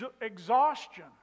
exhaustion